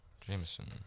Jameson